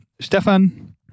Stefan